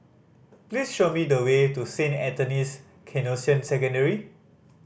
please show me the way to Saint Anthony's Canossian Secondary